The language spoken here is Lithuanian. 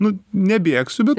nu nebėgsiu bet